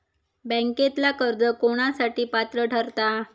बँकेतला कर्ज कोणासाठी पात्र ठरता?